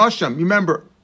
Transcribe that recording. remember